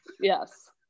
yes